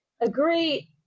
Agree